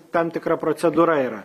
tam tikra procedūra yra